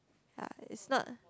ya it's not